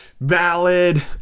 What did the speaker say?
ballad